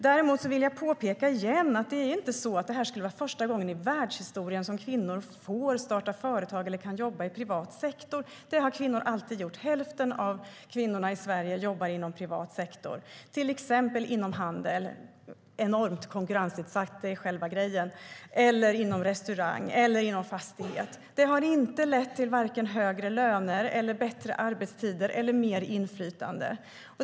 Däremot vill jag återigen påpeka att det inte skulle vara första gången i världshistorien som kvinnor får starta företag eller kan jobba i privat sektor. Det har kvinnor alltid gjort. Hälften av kvinnorna i Sverige jobbar inom privat sektor, till exempel inom handel, enormt konkurrensutsatt - det är själva grejen - eller inom restaurang eller fastighet. Det har inte lett till vare sig högre löner, bättre arbetstider eller mer inflytande.